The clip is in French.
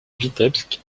vitebsk